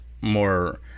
more